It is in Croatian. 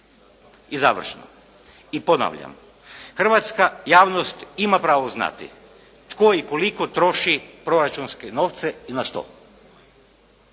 I završno, i ponavljam. Hrvatska javnost ima pravo znati tko i koliko troši proračunske novce i na što.